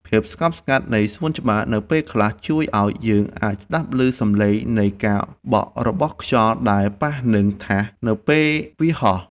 ភាពស្ងប់ស្ងាត់នៃសួនច្បារនៅពេលខ្លះជួយឱ្យយើងអាចស្ដាប់ឮសំឡេងនៃការបក់របស់ខ្យល់ដែលប៉ះនឹងថាសនៅពេលវាហោះ។